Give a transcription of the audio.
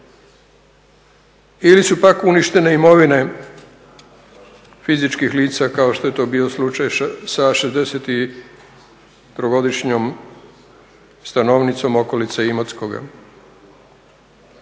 ili su pak uništene imovine fizičkih lica kao što je to bio slučaj sa šezdeset trogodišnjom stanovnicom okolice Imotskoga.